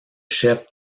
chef